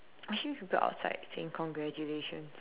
I hear people outside saying congratulations